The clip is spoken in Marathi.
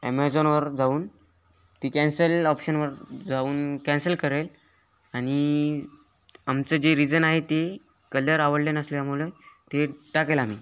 ॲमेझॉनवर जाऊन ती कॅन्सल ऑप्शनवर जाऊन कॅन्सल करेल आणि आमचं जे रिझन आहे ते कलर आवडले नसल्यामुळं ते टाकेल आम्ही